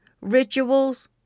rituals